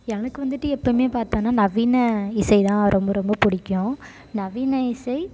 எனக்கு வந்துவிட்டு எப்போயுமே பார்த்தோன்னா நவீன இசை தான் ரொம்ப ரொம்ப பிடிக்கும் நவீன இசை